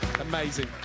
Amazing